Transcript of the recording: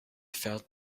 felt